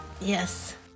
yes